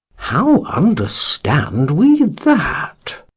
how understand we that?